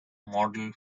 model